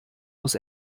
muss